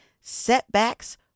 Setbacks